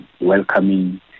welcoming